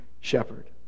shepherd